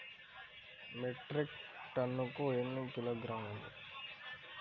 Metric టన్నుకు ఎన్ని కిలోగ్రాములు?